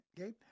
okay